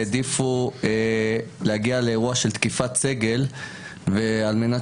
שהעדיפו להגיע לאירוע של תקיפת סגל על מנת